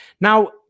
Now